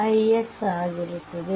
4ix ಆಗಿರುತ್ತದೆ